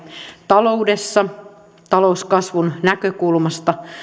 taloudessa talouskasvun näkökulmasta